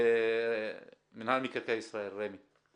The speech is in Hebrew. מנהל מקרקעי ישראל, רמ"י.